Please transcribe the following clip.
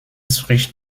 spricht